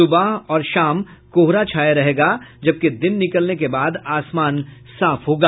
सुबह और शाम कोहरा छाया रहेगा जबकि दिन निकलने के बाद आसमान साफ होगा